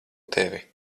tevi